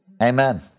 Amen